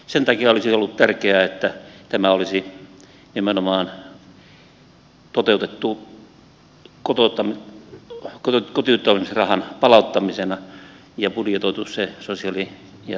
sen takia olisi ollut tärkeää että tämä olisi nimenomaan toteutettu kotiuttamisrahan palauttamisena ja budjetoitu se sosiaali ja terveysministeriön budjetista